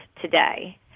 today